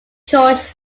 george